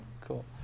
cool